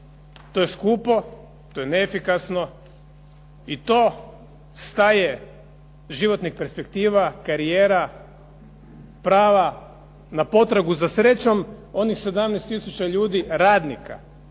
To je skupo, to je neefikasno i to staje životnih perspektiva, karijera, prava na potragu za srećom onih 17 tisuća ljudi radnika